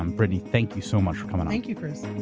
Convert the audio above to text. um brittney, thank you so much for coming on. thank you, chris.